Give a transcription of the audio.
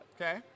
Okay